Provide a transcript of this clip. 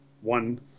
one